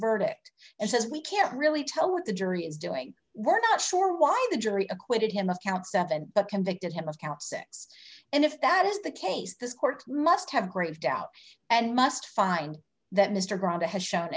verdict and says we can't really tell what the jury is doing we're not sure why the jury acquitted him of count seven but convicted him of count six and if that is the case this court must have grave doubt and must find that mr grant has shown